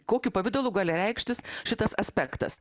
kokiu pavidalu gali reikštis šitas aspektas